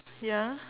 ya